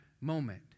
moment